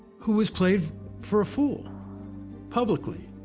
who was played for a fool publicly.